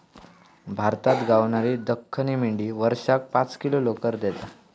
भारतात गावणारी दख्खनी मेंढी वर्षाक पाच किलो लोकर देता